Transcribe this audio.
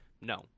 No